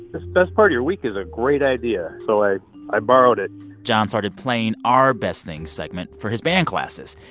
this best part of your week is a great idea, so i i borrowed it john started playing our best things segment for his band classes,